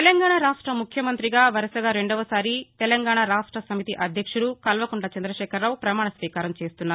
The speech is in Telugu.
తెలంగాణా రాష్ట్ర ముఖ్యమంత్రిగా వరుసగా రెండవసారి తెలంగాణా రాష్ట సమితి అధ్యక్షులు కల్వకుంట్ల చంద్రశేకరరావు పమాణస్వీకారం చేస్తున్నారు